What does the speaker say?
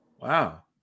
Wow